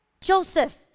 Joseph